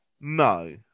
No